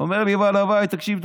אומר לי בעל הבית: תקשיב,